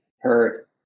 hurt